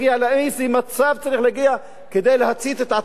לאיזה מצב צריך להגיע כדי להצית את עצמו,